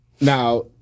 Now